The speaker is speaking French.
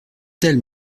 telle